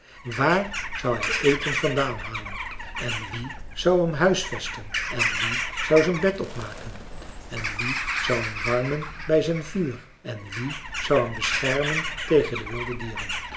waar zou hij eten vandaan halen en wie zou hem huisvesten en wie zou zijn bed opmaken en wie zou hem warmen bij zijn vuur en wie zou hem beschermen tegen de wilde dieren